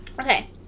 okay